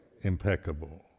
impeccable